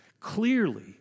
Clearly